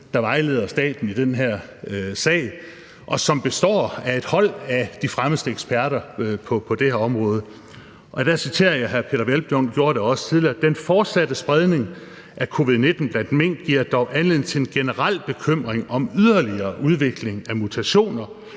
som vejleder staten i den her sag. Det består af et hold af de fremmeste eksperter på det her område. Der citerer jeg, og hr. Peder Hvelplund gjorde det også tidligere: »Den fortsatte spredning af SARS-CoV-2 blandt mink giver dog anledning til en generel bekymring om yderligere udvikling af mutationer